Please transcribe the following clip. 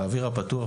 באוויר הפתוח,